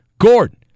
Gordon